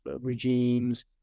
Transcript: regimes